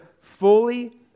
fully